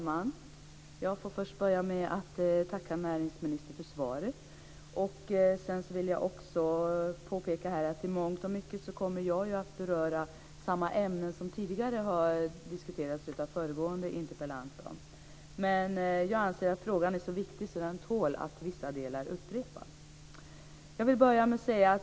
Fru talman! Jag börjar med att tacka näringsministern för svaret. Jag vill också påpeka att jag i mångt och mycket kommer att beröra samma ämnen som tidigare har diskuterats av föregående interpellant. Men jag anser att frågan är så viktig att den tål att i vissa delar upprepas.